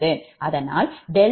அதனால் ∆VZBusCf